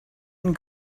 and